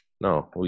No